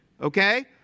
Okay